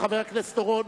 חבר הכנסת אורון,